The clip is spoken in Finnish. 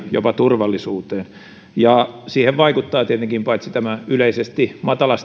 jopa turvallisuuteen siihen vaikuttaa tietenkin tämä yleisesti